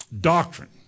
Doctrine